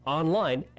online